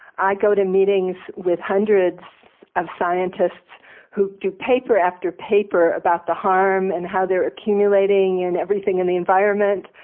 i go to meetings with hundreds of scientists who do paper after paper about the harm and how their accumulating in everything in the environment,